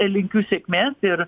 linkiu sėkmės ir